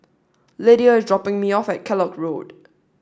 Lyda is dropping me off at Kellock Road